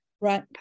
Right